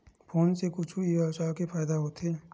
Phone से कुछु ई व्यवसाय हे फ़ायदा होथे?